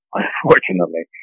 unfortunately